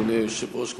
אדוני היושב-ראש,